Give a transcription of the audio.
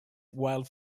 while